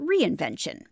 reinvention